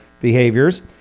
behaviors